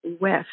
west